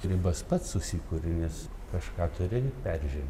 ribas pats susikuri nes kažką turi peržengt